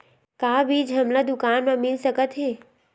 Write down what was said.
का बीज हमला दुकान म मिल सकत हे?